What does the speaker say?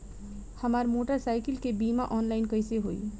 हमार मोटर साईकीलके बीमा ऑनलाइन कैसे होई?